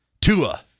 Tua